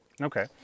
Okay